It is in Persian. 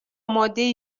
مادهای